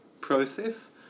process